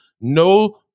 no